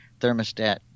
thermostat